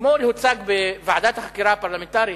אתמול הוצג בוועדת החקירה הפרלמנטרית,